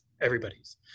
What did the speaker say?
everybody's